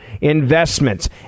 investments